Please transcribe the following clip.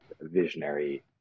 visionary